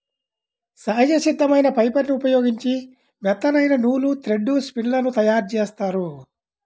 సహజ సిద్ధమైన ఫైబర్ని ఉపయోగించి మెత్తనైన నూలు, థ్రెడ్ స్పిన్ లను తయ్యారుజేత్తారు